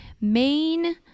main